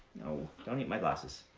no, don't eat my glasses.